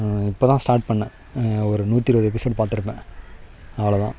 இப்போ தான் ஸ்டார்ட் பண்ணிணேன் ஒரு நூற்றி இருபது எபிஷோட் பார்த்துருப்பேன் அவ்வளோ தான்